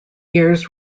years